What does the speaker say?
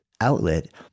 outlet